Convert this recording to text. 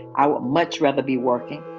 i would much rather be working,